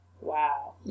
Wow